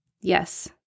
Yes